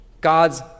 God's